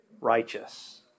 righteous